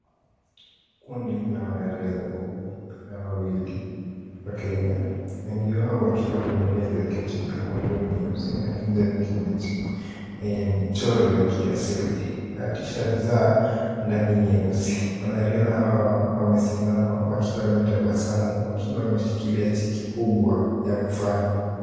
Kundi la wanariadha kumi na wawili wa Kenya, wengi wao wakiwa wamevalia jaketi nyekundu, nyeusi na kijani kibichi yenye michoro ya kiasili na t-shirt za ndani nyeusi. Wanariadha hawa wamesimama wakiwa wametabasamu, wakiwa wameshikilia cheque kubwa ya mfano.